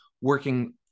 working